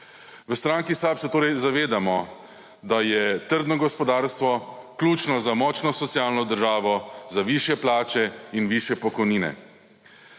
V stranki SAB se torej zavedamo, da je trdno gospodarstvo ključno za močno socialno državo, za višje plače in višje pokojnine.